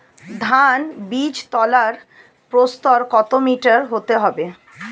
ধান বীজতলার প্রস্থ কত মিটার হতে হবে?